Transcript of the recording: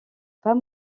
pas